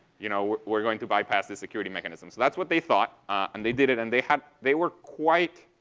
you know, we're going to bypass the security mechanism. so that's what they thought. and they did it, and they had they were quite